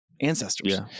ancestors